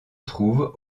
trouvent